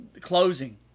closing